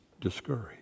discouraged